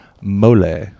Mole